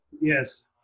Yes